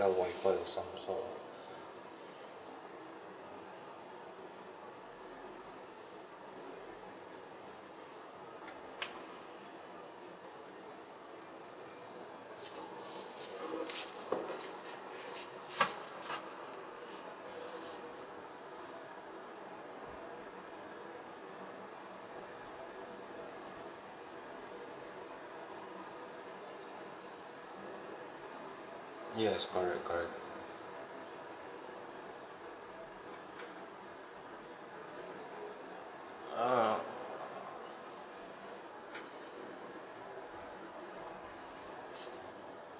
wifi or some sort yes correct correct uh